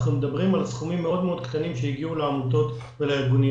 אנחנו מדברים על סכומים קטנים מאוד שהגיעו לעמותות ולארגונים.